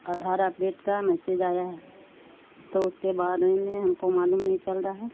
Aadhaar update کا message آیا ہے تو اس کے بارے میں ہم کو معلوم نہیں چل رہا ہے